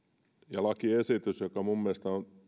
ja lakiesitys joka minun mielestäni